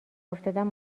افتادم